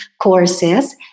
courses